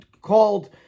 called